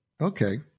Okay